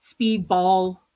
Speedball